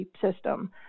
system